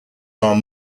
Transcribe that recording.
are